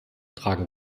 tragen